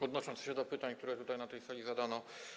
Odnoszę się do pytań, które tutaj na tej sali zadano.